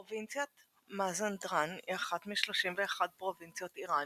פרובינציית מזנדראן היא אחת מ-31 פרובינציות איראן,